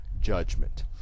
judgment